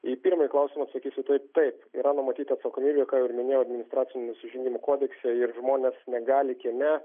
į pirmąjį klausimą atsakysiu tai taip yra numatyta irgi ką jau ir minėjau administracinių nusižengimų kodekse ir žmonės negali kieme